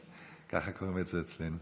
ככה קוראים את זה אצלנו,